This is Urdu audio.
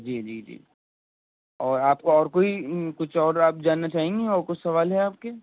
جی جی جی اور آپ کو اور کوئی کچھ اور آپ جاننا چاہیں گے اور کچھ سوال ہے آپ کے